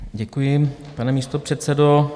Děkuji, pane místopředsedo.